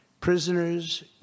prisoners